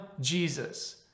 Jesus